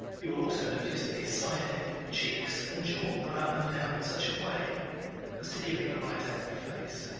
you will also notice that his side-head, cheeks and jaw run up and down in such a way as to give him a right-angled face.